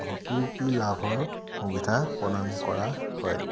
ঘটুকী লাভৰ সুবিধা প্ৰদান কৰা হয়